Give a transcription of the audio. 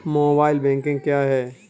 Mobile banking क्या है?